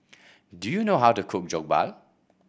do you know how to cook Jokbal